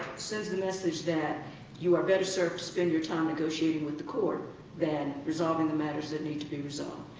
sends the message that you are better served to spend your time negotiating with the court than resolving the matters that need to be resolved.